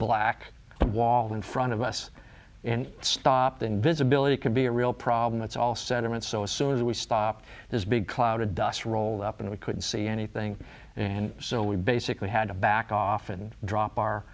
black wall in front of us and stopped and visibility could be a real problem it's all sediments so as soon as we stop this big cloud of dust rolled up and we couldn't see anything and so we basically had to back off and drop our